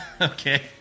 Okay